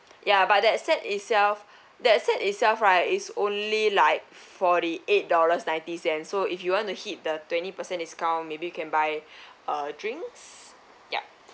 ya but that set itself that set itself right is only like forty eight dollars ninety cent so if you want to hit the twenty percent discount maybe you can buy uh drinks yup